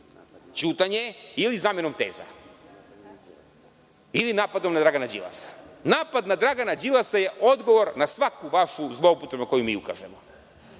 ćutanjem, zamenom teza ili napadom na Dragana Đilasa. Napad na Dragana Đilasa je odgovor na svaku vašu zloupotrebu na koju vam mi ukažemo.